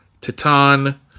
Titan